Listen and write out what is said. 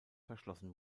verschlossen